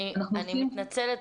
אני מתנצלת.